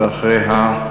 ואחריה,